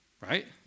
right